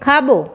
खाॿो